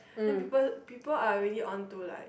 then people people are already on to like